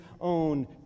own